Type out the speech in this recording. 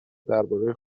درباره